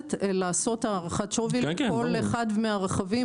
יכולת לעשות הערכת שווי לכל אחד מהרכבים.